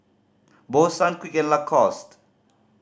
Bose Sunquick and Lacoste